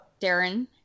Darren